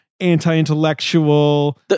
anti-intellectual